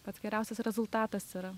pats geriausias rezultatas yra